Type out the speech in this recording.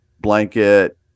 blanket